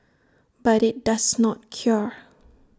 but IT does not cure